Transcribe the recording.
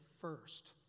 first